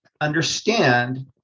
understand